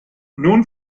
nun